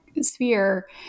sphere